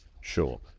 Sure